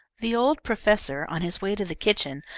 the old professor, on his way to the kitchen,